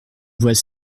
voix